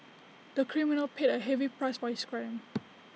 the criminal paid A heavy price for his crime